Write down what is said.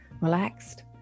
relaxed